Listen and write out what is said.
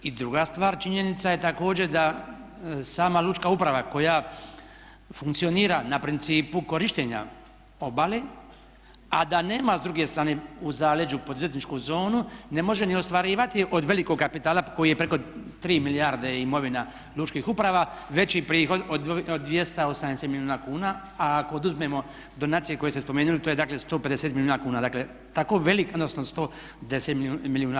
I druga stvar, činjenica je također da sama lučka uprava koja funkcionira na principu korištenja obale a da nema s druge strane u zaleđu poduzetničku zonu ne može ni ostvarivati od velikog kapitala koji je preko 3 milijarde imovina lučkih uprava, veći prihod od 280 milijuna kuna, a ako oduzmemo donacije koje ste spomenuli to je dakle 150 milijuna kuna, odnosno 110 milijuna kuna.